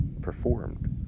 performed